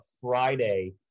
Friday